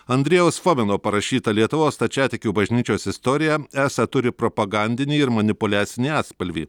andrejaus fomino parašyta lietuvos stačiatikių bažnyčios istorija esą turi propagandinį ir manipuliacinį atspalvį